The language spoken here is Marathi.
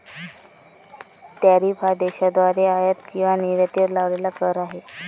टॅरिफ हा देशाद्वारे आयात किंवा निर्यातीवर लावलेला कर आहे